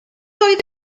oedd